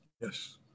Yes